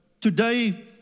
today